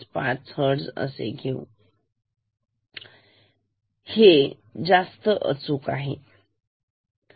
5 hertz आहे साधारणतः हे जास्त अचूक आहे